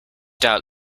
doubt